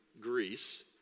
Greece